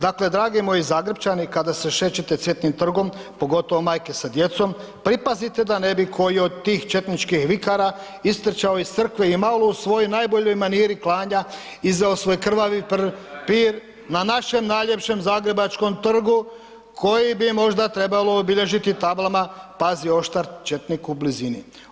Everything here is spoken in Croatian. Dakle drago moji Zagrepčani, kada se šećete Cvjetnim trgom, pogotovo majke sa djecom, pripazite da ne bi koji od tih četničkih vikara istrčao iz crkve i malo u svojoj maniri klanja, izveo svoj krvavi pir na našem najljepšem zagrebačkom trgu koji bi možda trebalo obilježiti tablama „pazi oštar četnik u blizini“